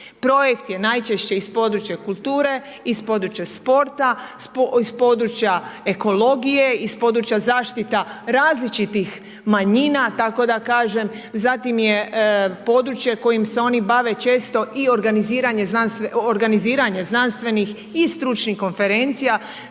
Projekt je najčešće iz područja kulture, iz područja sporta, iz područja ekologije, iz područja zaštita različitih manjina, zatim je područje kojim se oni bave često i organiziranje znanstvenih i stručnih konferencija,